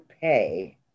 pay